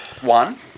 one